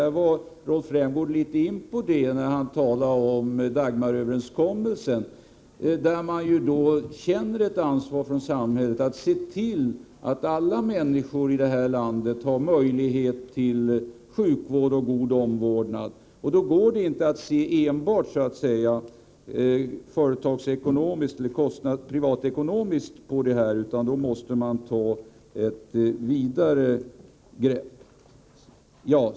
Rolf Rämgård snuddade vid detta när han talade om Dagmaröverenskommelsen, som går ut på att samhället känner ett ansvar att se till att alla människor i landet har möjlighet att få sjukvård och god omvårdnad. Då går det inte att enbart anlägga ett företagsekonomiskt eller privatekonomiskt betraktelsesätt, utan man måste ta vidare grepp.